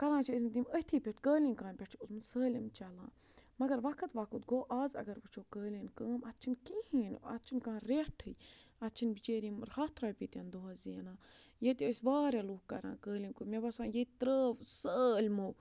کَران چھِ ٲسۍمٕتۍ یِم أتھی پٮ۪ٹھ قٲلیٖن کامہِ پٮ۪ٹھ چھُ اوسمُت سٲلِم چَلان مگر وقت وقت گوٚو آز اگر وٕچھو قٲلیٖن کٲم اَتھ چھِنہٕ کِہیٖنۍ اَتھ چھِنہٕ کانٛہہ ریٹھٕے اَتھ چھِنہٕ بِچٲرۍ یِم ہَتھ رۄپیہِ تِنہٕ دۄہَس زینان ییٚتہِ ٲسۍ واریاہ لُکھ کَران قٲلیٖن کٲم مےٚ باسان ییٚتہِ ترٛٲو سٲلِمو